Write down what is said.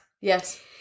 Yes